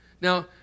Now